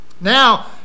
now